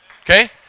Okay